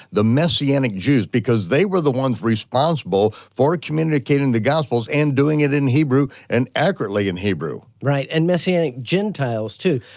the messianic jews, because they were the ones responsible for communicating the gospels, and doing it in hebrew, and accurately in hebrew. right, and messianic gentiles, too.